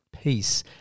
peace